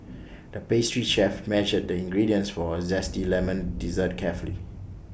the pastry chef measured the ingredients for A Zesty Lemon Dessert carefully